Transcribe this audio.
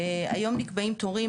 היום נקבעים תורים,